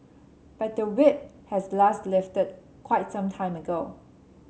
but the Whip has last lifted quite some time ago